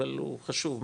אבל הוא חשוב,